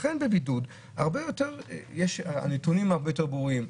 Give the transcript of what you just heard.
לכן בבידוד הנתונים הרבה יותר ברורים,